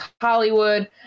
Hollywood